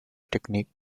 technique